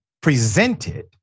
presented